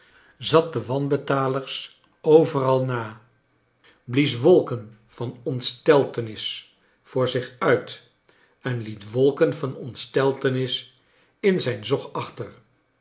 zat de wanbetalers overal na blies wolken van ontsteltenis voor zich uit en liet wolken van ontsteltenis in zijn zog achter